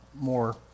more